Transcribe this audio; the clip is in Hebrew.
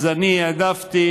אז אני העדפתי